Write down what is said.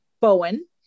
bowen